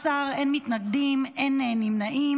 18, אין מתנגדים, אין נמנעים.